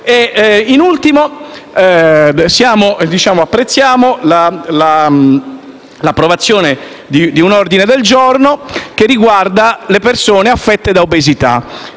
In ultimo, apprezziamo l'approvazione di un ordine del giorno che riguarda le persone affette da obesità.